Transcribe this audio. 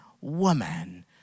woman